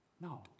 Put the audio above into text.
No